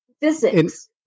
physics